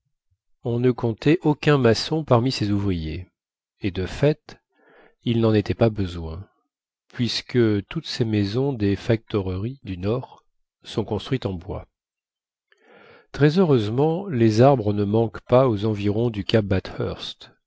on ne comptait aucun maçon parmi ces ouvriers et de fait il n'en était pas besoin puisque toutes ces maisons des factoreries du nord sont construites en bois très heureusement les arbres ne manquent pas aux environs du cap